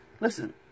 listen